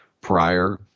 Prior